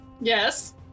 Yes